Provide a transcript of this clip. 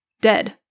Dead